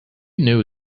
knew